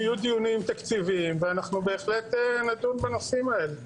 יהיו דיונים תקציביים ואנחנו בהחלט נדון בנושאים האלה.